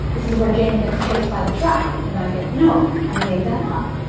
this is where jane gets chased by the truck. and i think, no, i made that up.